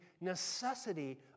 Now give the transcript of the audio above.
necessity